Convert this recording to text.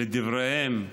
לדבריהם,